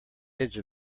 edge